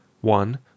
One